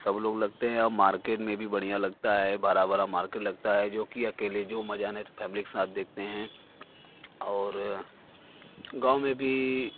सब लोग लगते हैं और मार्केट में भी बढ़िया लगता है भरा भरा मार्केट लगता है जो कि अकेले जो मज़ा फैमिली के साथ देखते हैं और गाँव में भी